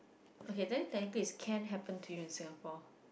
okay then technically is can happen to you in Singapore